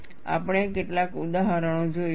આપણે કેટલાક ઉદાહરણો જોઈશું